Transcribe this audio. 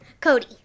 cody